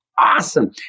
awesome